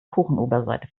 kuchenoberseite